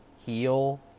heal